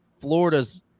Florida's